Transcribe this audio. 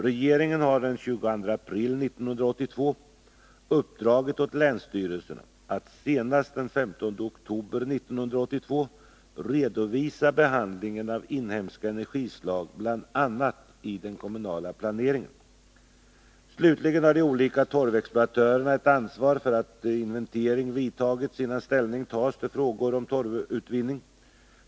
Regeringen har den 22 april 1982 uppdragit åt länsstyrelserna att senast den 15 oktober 1982 redovisa behandlingen av inhemska energislag bl.a. i den kommunala planeringen. Slutligen har de olika torvexploatörerna ett ansvar för att inventering vidtagits innan ställning tas till frågor om torvutvinning.